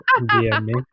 DM